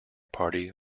party